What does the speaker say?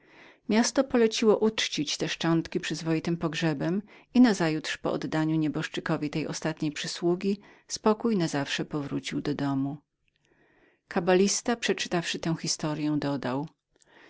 miasto poleciło uczcić te szczątki przyzwoitym pogrzebem i nazajutrz po oddaniu nieboszczykowi tej ostatniej przysługi spokój na zawsze powrócił do domu kabalista przeczytawszy tę historyą dodał